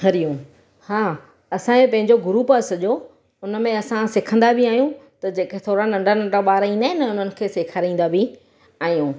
हरिओम हा असांजो पंहिंजो ग्रुप आहे सॼो उनमें असां सिखंदा बि आहियूं त जेके थोरा नंढा नंढा ॿार ईंदा आहिनि उन्हनि खे सेखारींदा बि आहियूं